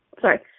Sorry